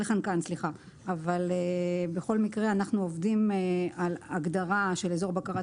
בכל מקרה אנחנו עובדים על הגדרה של אזור בקרת